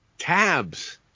tabs